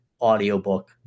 audiobook